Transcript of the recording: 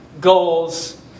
goals